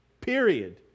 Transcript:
Period